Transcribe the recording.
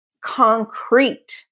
concrete